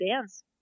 dance